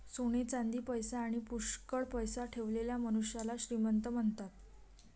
सोने चांदी, पैसा आणी पुष्कळ पैसा ठेवलेल्या मनुष्याला श्रीमंत म्हणतात